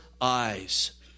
eyes